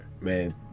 Man